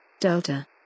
Delta